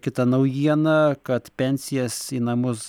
kita naujiena kad pensijas į namus